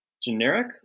generic